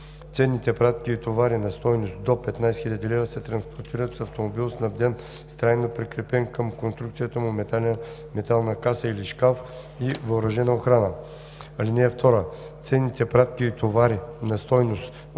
Ценните пратки и товари на стойност до 15 000 лв. се транспортират с автомобил, снабден с трайно прикрепена към конструкцията му метална каса или шкаф, и въоръжена охрана. (2) Ценните пратки и товари на стойност